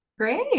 Great